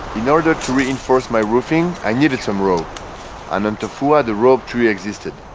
in order to reinforce my roofing, i needed some rope and on tofua, the rope tree existed.